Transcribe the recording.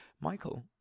Michael